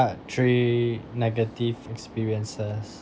part three negative experiences